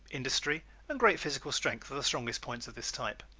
industry and great physical strength are the strongest points of this type.